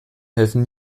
helfen